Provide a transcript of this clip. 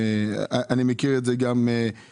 אני מכיר את זה מקרוב.